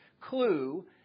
clue